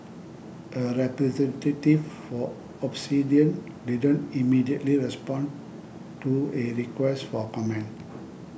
a representative for Obsidian didn't immediately respond to a request for comment